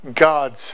God's